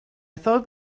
thought